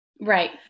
Right